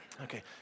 Okay